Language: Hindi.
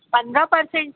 पंद्रह परसेंट